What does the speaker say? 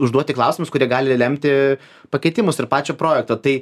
užduoti klausimus kurie gali lemti pakeitimus ir pačio projekto tai